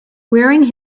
wearing